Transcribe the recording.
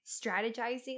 strategizing